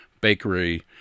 Bakery